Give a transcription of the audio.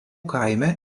kaime